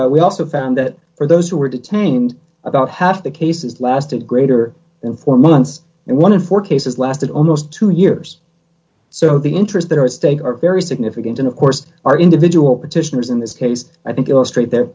we also found that for those who were detained about half the cases lasted greater than four months and one of four cases lasted almost two years so the interests that are at stake are very significant and of course our individual petitioners in this case i think illustrate there